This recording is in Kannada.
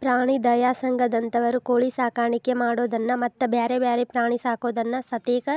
ಪ್ರಾಣಿ ದಯಾ ಸಂಘದಂತವರು ಕೋಳಿ ಸಾಕಾಣಿಕೆ ಮಾಡೋದನ್ನ ಮತ್ತ್ ಬ್ಯಾರೆ ಬ್ಯಾರೆ ಪ್ರಾಣಿ ಸಾಕೋದನ್ನ ಸತೇಕ